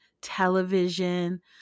television